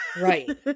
Right